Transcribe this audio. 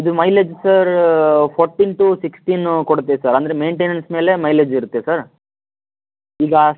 ಇದು mileage sir fourteen to sixteen ಕೊಡುತ್ತೆ sir ಅಂದರೆ ಮೇನ್ಟೇನೆನ್ಸ್ ಮೇಲೆ ಮೈಲೇಜಿರುತ್ತೆ ಸರ್ ಈಗ